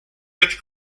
with